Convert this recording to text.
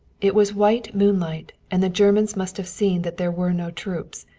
it was white moonlight and the germans must have seen that there were no troops.